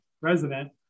resident